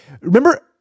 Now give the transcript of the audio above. remember